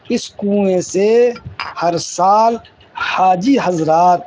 اس کنویں سے ہر سال حاجی حضرات